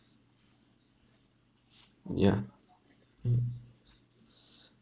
mm yeah